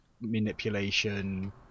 manipulation